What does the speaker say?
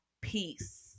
Peace